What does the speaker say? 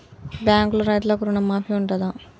బ్యాంకులో రైతులకు రుణమాఫీ ఉంటదా?